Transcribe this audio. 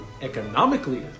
Economically